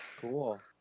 Cool